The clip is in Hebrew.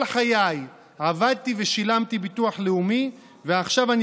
כל חיי עבדתי ושילמתי ביטוח לאומי ועכשיו אני